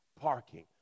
parking